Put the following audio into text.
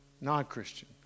Non-Christian